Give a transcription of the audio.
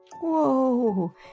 Whoa